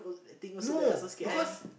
I think also like that also scared